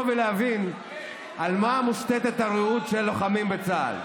ולהבין על מה מושתתת הרעות של לוחמים בצה"ל,